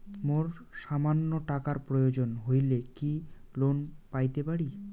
মোর সামান্য টাকার প্রয়োজন হইলে কি লোন পাইতে পারি?